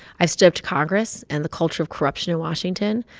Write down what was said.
i stood up to congress and the culture of corruption in washington,